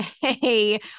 hey